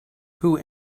who